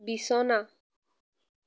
বিছনা